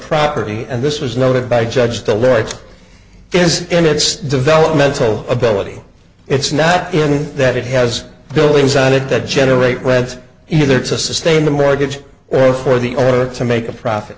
property and this was noted by judge the lloyd's is in its developmental ability it's not in that it has buildings on it that generate webs either to sustain the mortgage or for the owner or to make a profit